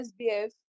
SBF